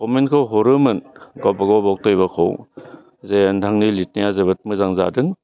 कमेन्टखौ हरोमोन गावबा गाव बाव खैबाखौ जे नोंथांनि लिरनाया जोबोद मोजां जादों